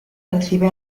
recibe